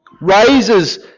raises